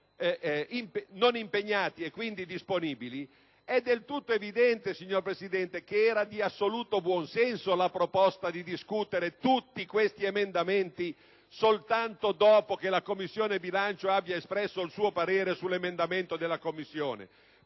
non impegnati (quindi disponibili), è del tutto evidente, signor Presidente, che la proposta di discutere tutti questi emendamenti soltanto dopo che la Commissione bilancio abbia espresso il suo parere sull'emendamento della Commissione